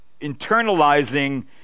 internalizing